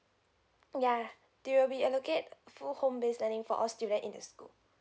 yeah they will be allocate full home base learning for all student in the school